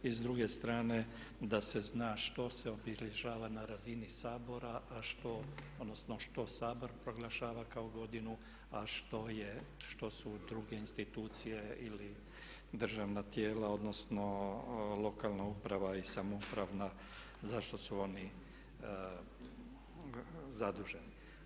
I s druge strane da se zna što se obilježava na razini Sabora a što, odnosno što Sabor proglašava kao godinu a što su druge institucije ili državna tijela odnosno lokalna uprava i samouprava, zašto su oni zaduženi.